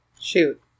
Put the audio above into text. Shoot